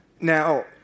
Now